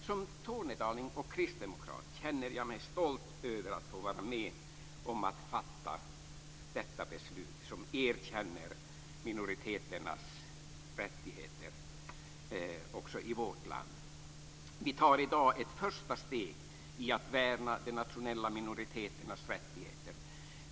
Som tornedaling och kristdemokrat känner jag mig stolt över att få vara med om att fatta detta beslut som erkänner minoriteternas rättigheter också i vårt land. Vi tar i dag ett första steg i att värna de nationella minoriteternas rättigheter.